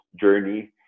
journey